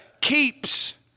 keeps